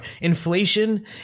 inflation